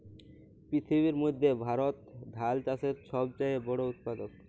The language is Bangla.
পিথিবীর মইধ্যে ভারত ধাল চাষের ছব চাঁয়ে বড় উৎপাদক